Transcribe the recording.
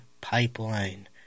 pipeline